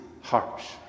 harsh